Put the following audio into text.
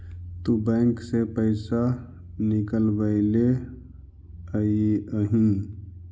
तु बैंक से पइसा निकलबएले अइअहिं